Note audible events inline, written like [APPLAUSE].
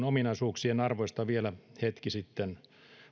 [UNINTELLIGIBLE] omaisuuksien arvoista vielä hetki sitten